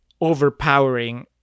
overpowering